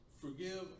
forgive